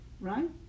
right